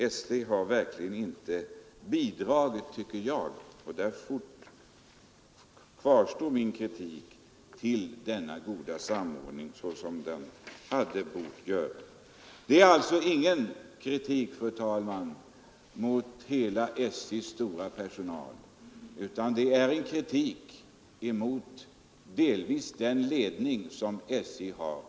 Jag tycker verkligen inte — och där kvarstår alltså min kritik — att SJ har bidragit som man bort göra till denna goda samordning. Detta är alltså ingen kritik mot hela SJ:s stora personal, fru talman, utan det är delvis en kritik mot SJ:s högsta ledning.